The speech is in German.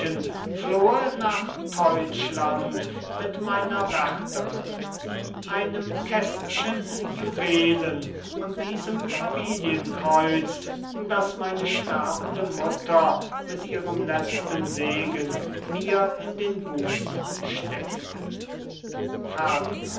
nach deutschland mit meiner wärterin einem kästchen juwelen und diesem familienkreuz das meine sterbende mutter mit ihrem letzten segen mir an den busen steckte